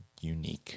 unique